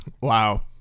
Wow